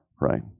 right